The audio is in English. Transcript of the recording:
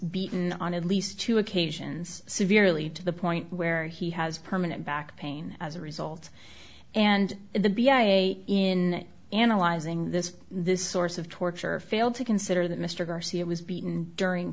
beaten on at least two occasions severely to the point where he has permanent back pain as a result and the b i in analyzing this this source of torture failed to consider that mr garcia was beaten during